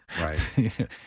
right